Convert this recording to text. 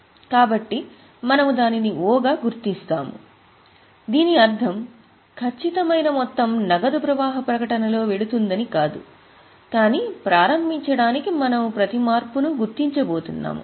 కాబట్టి మనము దానిని O గా గుర్తించాము దీని అర్థం ఖచ్చితమైన మొత్తం నగదు ప్రవాహ ప్రకటనలో వెళుతుందని కాదు కానీ ప్రారంభించడానికి మనము ప్రతి మార్పును గుర్తించబోతున్నాము